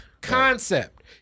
concept